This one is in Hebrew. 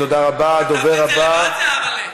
כתבת את זה לבד, זהבה'לה?